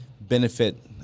benefit